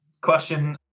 question